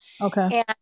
okay